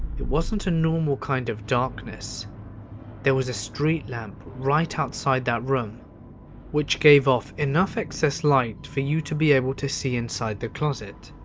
it wasn't a normal kind of darkness there was a street lamp right outside that room which gave off enough excess light for you to be able to see inside the closet.